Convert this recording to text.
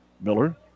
Miller